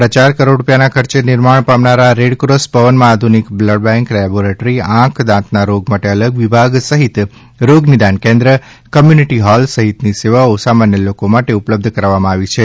સાડા ચાર કરોડ રૂપિયના ખર્ચે નિર્માણ પામનાર આ રેડક્રોસ ભવનમાં આધુનિક બ્લડબેન્ક લેબોરેટરી આંખ દાંતના રોગો માટે અલગ વિભાગ સહિત રોગ નિદાન કેન્દ્ર કોમ્યુનિટી હોલ સહિતની સેવાઓ સામાન્ય લોકો માટે ઉપલબ્ધ કરવામાં આવી છે